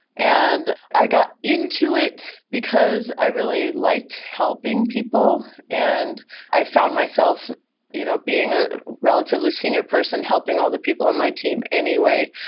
and i got into it, because i really liked helping people. and i found myself you know being a relatively senior person helping all the people on my team any way.